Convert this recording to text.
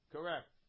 Correct